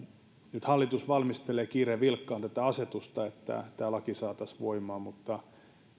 nyt hallitus valmistelee kiireen vilkkaa tätä asetusta että tämä laki saataisiin voimaan mutta